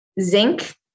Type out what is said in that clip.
Zinc